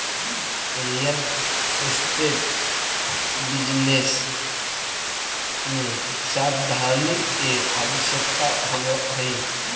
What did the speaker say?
real estate business में सावधानी के आवश्यकता होवऽ हई